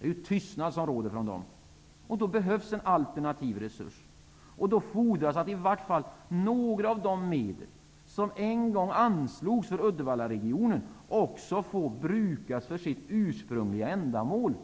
Från dem råder tystnad. Då behövs en alternativ resurs. Då fordras att i varje fall några av de medel som en gång anslogs för Uddevallaregionen också får brukas för sitt ursprungliga ändamål.